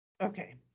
Okay